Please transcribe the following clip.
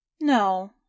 No